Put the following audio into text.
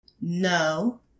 No